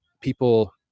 people